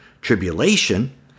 Tribulation